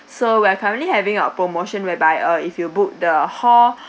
so we're currently having a promotion whereby uh if you book the hall